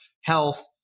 health